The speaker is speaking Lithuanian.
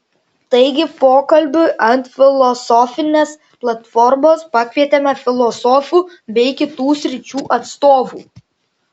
taigi pokalbiui ant filosofinės platformos pakvietėme filosofų bei kitų sričių atstovų